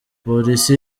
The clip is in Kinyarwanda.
polisi